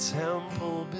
temple